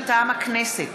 מטעם הכנסת: